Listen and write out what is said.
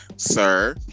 Sir